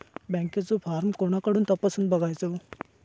बँकेचो फार्म कोणाकडसून तपासूच बगायचा?